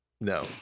no